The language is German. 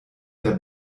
der